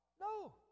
No